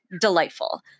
delightful